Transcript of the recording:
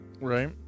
Right